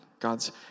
God's